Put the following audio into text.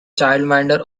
childminder